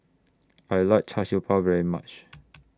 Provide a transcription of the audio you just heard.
I like Char Siew Bao very much